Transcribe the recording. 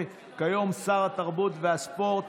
כיום שר התרבות והספורט,